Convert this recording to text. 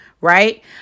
right